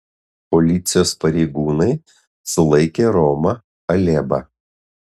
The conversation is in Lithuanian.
policijos pareigūnai sulaikė romą alėbą